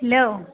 hello